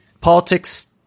politics